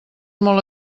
molt